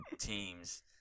teams